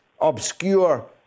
obscure